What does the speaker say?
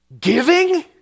giving